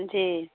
जी